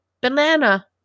banana